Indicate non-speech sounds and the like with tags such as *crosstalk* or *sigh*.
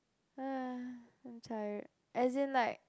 *noise* I'm tired as in like